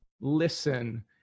listen